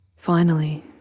finally,